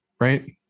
Right